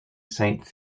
saint